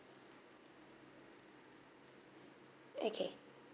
okay